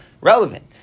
relevant